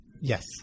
Yes